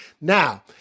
now